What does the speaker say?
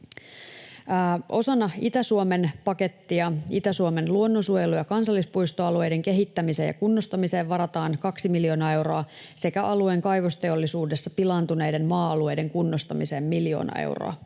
Osana Itä-Suomen pakettia Itä-Suomen luonnonsuojelu- ja kansallispuistoalueiden kehittämiseen ja kunnostamiseen varataan 2 miljoonaa euroa sekä alueen kaivosteollisuudessa pilaantuneiden maa-alueiden kunnostamiseen miljoona euroa.